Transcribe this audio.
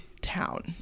town